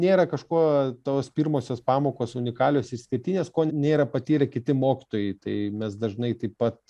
nėra kažkuo tos pirmosios pamokos unikalios išskirtinės ko nėra patyrę kiti mokytojai tai mes dažnai taip pat